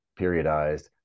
periodized